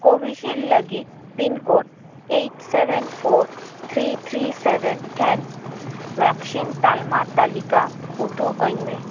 ᱠᱳᱵᱷᱤᱥᱤᱞᱰ ᱞᱟᱹᱜᱤᱫ pincode eight seven four three three seven then vaccine ᱛᱟᱞᱢᱟ ᱛᱟᱞᱤᱠᱟ ᱩᱫᱩᱜ ᱟᱹᱧᱢᱮ